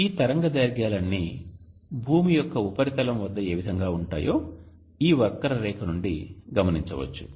ఈ తరంగదైర్ఘ్యాలన్నీ భూమి యొక్క ఉపరితలం వద్ద ఏ విధంగా ఉంటాయో ఈ వక్రరేఖ నుండి గమనించవచ్చు